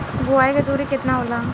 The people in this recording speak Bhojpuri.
बुआई के दूरी केतना होला?